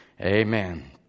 Amen